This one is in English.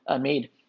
made